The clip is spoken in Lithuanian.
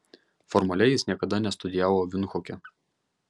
formaliai jis niekada nestudijavo vindhuke